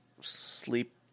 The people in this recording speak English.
sleep